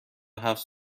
هفت